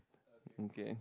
okay